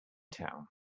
town